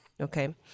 okay